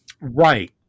right